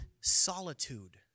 solitude